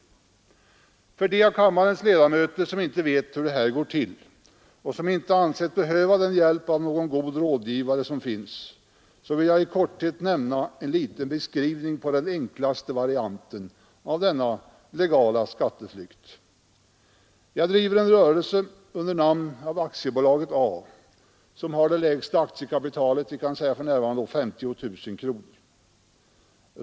För de av kammarens ledamöter som inte vet hur detta går till och som inte ansett sig behöva hjälp av någon god rådgivare vill jag i korthet lämna en liten beskrivning på den enklaste varianten av denna legala skatteflykt. Jag driver en rörelse under namn av Aktiebolaget A, som har lägsta möjliga aktiekapital — för närvarande 50 000 kronor.